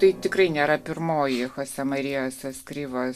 tai tikrai nėra pirmoji chosė marijos eskrivos